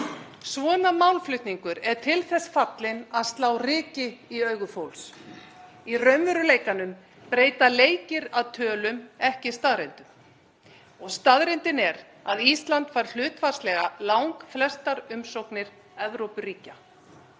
Svona málflutningur er til þess fallinn að slá ryki í augu fólks. Í raunveruleikanum breyta leikir að tölum ekki staðreyndum og staðreyndin er að Ísland fær hlutfallslega langflestar umsóknir Evrópuríkja.